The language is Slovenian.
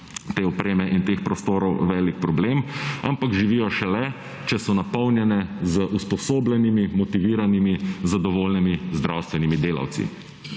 te opreme in teh prostorov velik problem. Ampak živijo šele, če so napolnjene z usposobljenimi, motiviranimi, zadovoljnimi zdravstvenimi delavci.